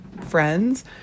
friends